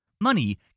Money